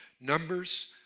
Numbers